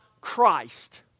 Christ